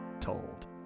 told